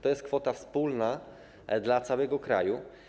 To jest kwota wspólna dla całego kraju.